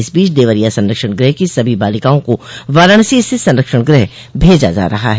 इस बीच देवरिया संरक्षण गृह की सभी बालिकाओं को वाराणसी स्थित संरक्षण गृह भेजा जा रहा है